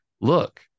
look